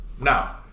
Now